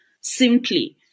simply